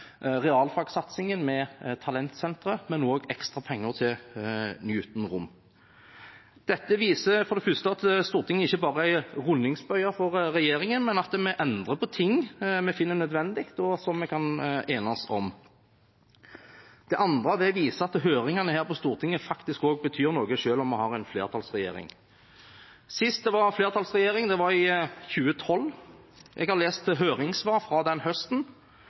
realfagsatsingen ved Talentsenteret, men også ekstra penger til Newton-rom. Dette viser for det første at Stortinget ikke bare er en rundingsbøye for regjeringen, men at vi endrer på ting vi finner nødvendig, og som vi kan enes om. For det andre viser det at høringene her på Stortinget faktisk betyr noe, selv om vi har en flertallsregjering. Sist det var flertallsregjering var i 2012. Jeg har lest høringssvar fra den høsten.